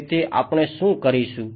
તેથી આપણે શું કરીશું